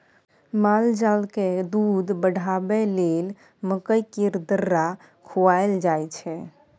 मालजालकेँ दूध बढ़ाबय लेल मकइ केर दर्रा खुआएल जाय छै